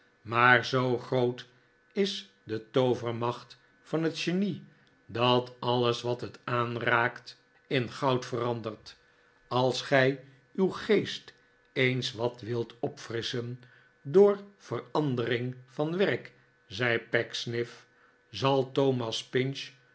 maar zoo groot is de toovermacht van het genie dat alles wat het aanraakt in goud verandert als gij uw geest eens wat wilt opfrisschen door verandering van werk zei pecksniff zal thomas pinch